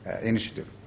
initiative